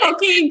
Okay